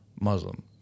Muslim